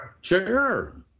Sure